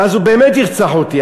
ואז הוא באמת ירצח אותי.